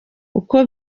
uko